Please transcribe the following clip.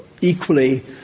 equally